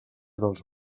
dels